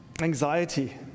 anxiety